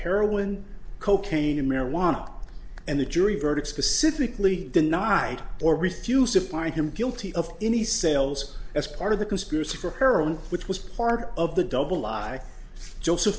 heroin cocaine and marijuana and the jury verdict specifically denied or refused to part him guilty of any sales as part of the conspiracy for heroin which was part of the double live joseph